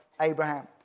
Abraham